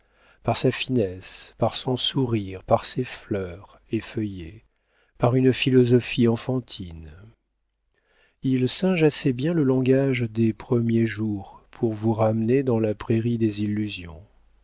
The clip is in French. par sa finesse par son sourire par ses fleurs effeuillées par une philosophie enfantine il singe assez bien le langage des premiers jours pour vous ramener dans la prairie des illusions